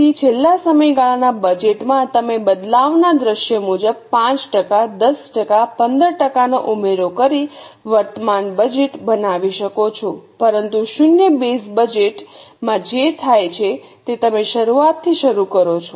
તેથી છેલ્લા સમયગાળાના બજેટ માં તમે બદલાવના દૃશ્ય મુજબ 5 ટકા 10 ટકા 15 ટકાનો ઉમેરો કરી વર્તમાન બજેટ બનાવી શકો છો પરંતુ શૂન્ય બેઝબજેટ માં જે થાય છે તે તમે શરૂઆતથી શરૂ કરો છો